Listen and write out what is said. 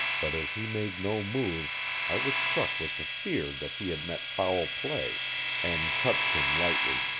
but as he made no move i was struck with the fear that he had met foul play and touched him lightly.